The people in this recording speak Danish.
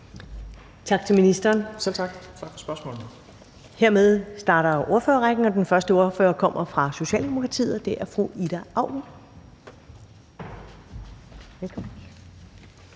Tak til ministeren. Hermed starter ordførerrækken, og den første ordfører kommer fra Socialdemokratiet, og det er fru Ida Auken. Velkommen.